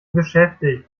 beschäftigt